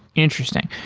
interesting.